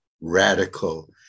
radical